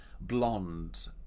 blonde